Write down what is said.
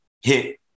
hit